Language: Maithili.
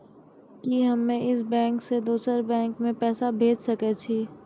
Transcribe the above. कि हम्मे इस बैंक सें दोसर बैंक मे पैसा भेज सकै छी?